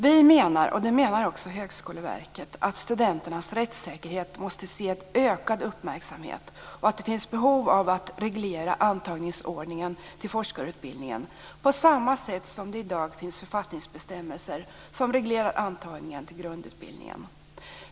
Vi, liksom Högskoleverket, menar att studenternas rättssäkerhet måste ges ökad uppmärksamhet och att det finns behov av att reglera antagningsordningen vad gäller forskarutbildningen på samma sätt som det i dag finns författningsbestämmelser som reglerar antagningen till grundutbildningen.